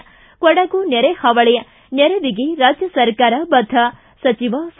ಿ ಕೊಡಗು ನೆರೆಹಾವಳಿ ನೆರವಿಗೆ ರಾಜ್ಯ ಸರ್ಕಾರ ಬದ್ದ ಸಚಿವ ಸಾ